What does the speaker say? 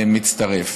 מצטרף.